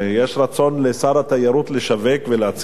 יש רצון לשר התיירות לשווק ולהציל את